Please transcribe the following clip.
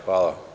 Hvala.